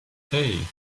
hey